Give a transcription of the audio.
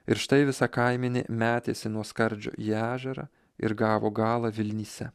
ir štai visa kaimenė metėsi nuo skardžio į ežerą ir gavo galą vilnyse